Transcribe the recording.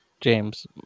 James